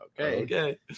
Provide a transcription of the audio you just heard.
okay